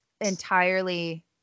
entirely